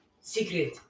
secret